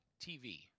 TV